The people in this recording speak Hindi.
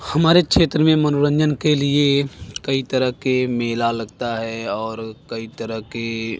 हमारे क्षेत्र में मनोरंजन के लिए कई तरह के मेला लगता है और कई तरह के